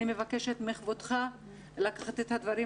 אני מבקשת מכבודך לקחת את הדברים